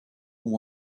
who